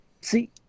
see